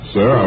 Sir